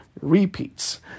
Repeats